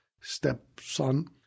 stepson